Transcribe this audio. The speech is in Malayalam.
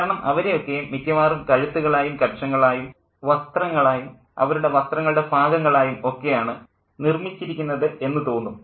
കാരണം അവരെ ഒക്കെയും മിക്കവാറും കഴുത്തുകളായും കക്ഷങ്ങളായും വസ്ത്രങ്ങളായും അവരുടെ വസ്ത്രങ്ങളുടെ ഭാഗങ്ങളായും ഒക്കെയാണ് നിർമ്മിച്ചിരിക്കുന്നത് എന്നു തോന്നും